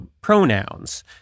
pronouns